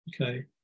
okay